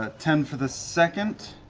ah ten for the second,